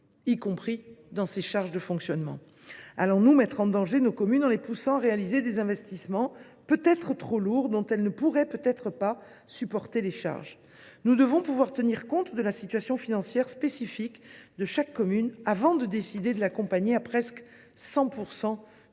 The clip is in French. concerne les charges de fonctionnement. Allons nous mettre en danger nos communes en les poussant à réaliser des investissements trop lourds dont elles ne pourraient peut être pas supporter les charges ? Nous devons pouvoir tenir compte de la situation financière spécifique de chaque commune, avant de décider de l’accompagner à hauteur de presque